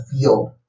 field